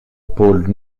pôle